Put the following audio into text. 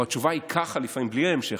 או התשובה "ככה" לפעמים בלי ההמשך,